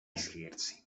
scherzi